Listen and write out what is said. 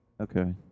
Okay